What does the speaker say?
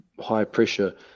high-pressure